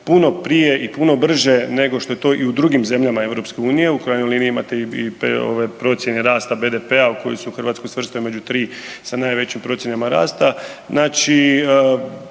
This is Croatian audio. puno prije i puno brže nego što je to i u drugim zemljama EU, u krajnjoj liniji, imate i ove procjene rasta BDP-a u koju su Hrvatsku svrstali među 3 sa najvećim procjenama rasta. Znači